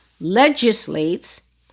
legislates